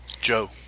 Joe